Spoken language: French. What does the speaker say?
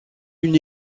une